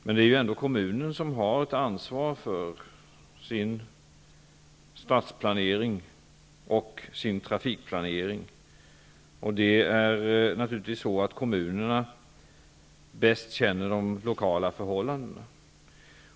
Det är ändå kommunen som har ett ansvar för stadsplanering och trafikplanering. Kommunerna känner bäst de lokala förhållandena.